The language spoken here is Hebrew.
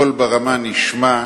קול ברמה נשמע,